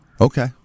okay